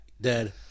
dead